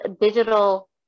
digital